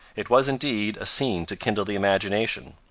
it was, indeed, a scene to kindle the imagination.